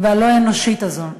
והלא-אנושית הזו.